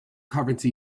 currency